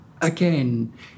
again